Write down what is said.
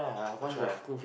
I try ah